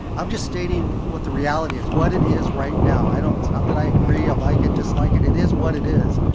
i'm just stating what the reality is what it is right now. i don't not that i agree i like it just like it it is what it is,